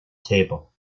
table